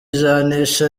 janisha